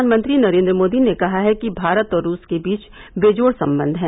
प्रधानमंत्री नरेन्द्र मोदी ने कहा है कि भारत और रूस के बीच बेजोड़ संबंध हैं